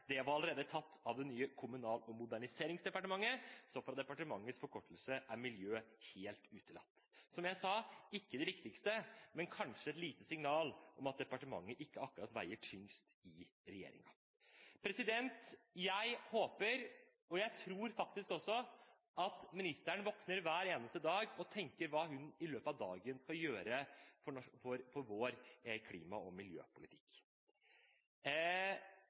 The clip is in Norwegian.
var allerede tatt av det nye Kommunal- og moderniseringsdepartementet, så i Miljødepartementets forkortelse er «m» for «miljø» helt utelatt. Som jeg sa, det er kanskje ikke det viktigste, men det er et lite signal om at departementet ikke akkurat veier tyngst i regjeringen. Jeg håper, og tror faktisk også, at ministeren våkner hver eneste dag og tenker på hva hun i løpet av dagen skal gjøre for vår klima- og